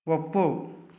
ಒಪ್ಪು